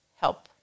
help